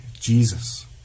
Jesus